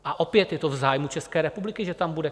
A opět je to v zájmu České republiky, že tam bude klid.